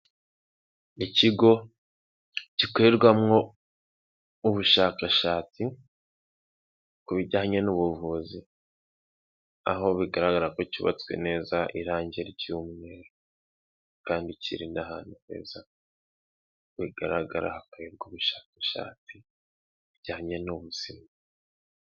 Ikigo gikorerwamwo ubushakashatsi ku bijyanye n'ubuvuzi, aho bigaragara ko cyubatswe neza, irange ry'umweru kandi kiri n'ahantu heza, uko bigaragara hakorerwa ubushakashatsi bujyanye n'ubuzima.